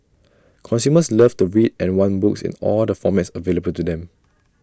consumers love to read and want books in all the formats available to them